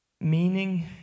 Meaning